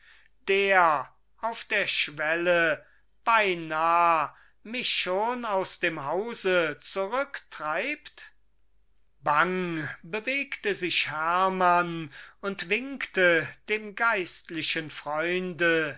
der auf der schwelle beinah mich schon aus dem hause zurücktreibt bang bewegte sich hermann und winkte dem geistlichen freunde